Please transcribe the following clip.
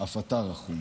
אף אתה רחום.